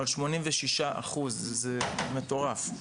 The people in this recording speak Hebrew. אבל 86%. זה מטורף.